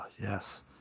yes